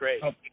great